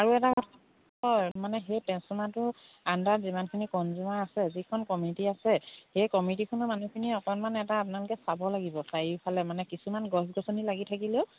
আৰু এটা কথা হয় মানে সেই টেঞ্চফৰ্মাৰটোৰ আণ্ডাৰ যিমানখিনি কনজিউমাৰ আছে যিখন কমিটি আছে সেই কমিটিখনৰ মানুহখিনি অকণমান এটা আপোনালোকে চাব লাগিব চাৰিওফালে মানে কিছুমান গছ গছনি লাগি থাকিলেও